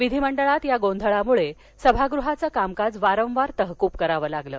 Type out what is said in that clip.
विधिमंडळात या गोंधळामुळे सभागृहाचं कामकाज वारवार तहकूब कराव लागलं